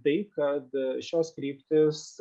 tai kad šios kryptys